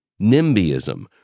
NIMBYism